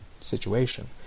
situation